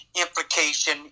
Implication